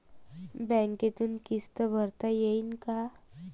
बँकेतून किस्त भरता येईन का?